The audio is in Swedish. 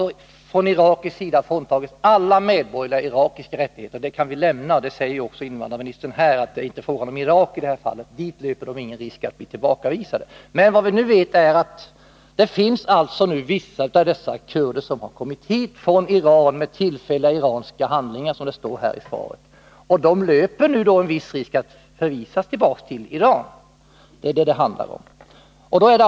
De har från irakisk sida fråntagits alla medborgerliga irakiska rättigheter — det kan vi lämna därhän. Invandrarministern säger också att det inte är fråga om Irak — dit löper ingen risk att bli tillbakavisad. Vad vi nu vet är att det finns vissa av dessa kurder som kommit hit från Iran med tillfälliga iranska handlingar, och de löper en viss risk att förvisas tillbaka till Iran. Det är det det handlar om.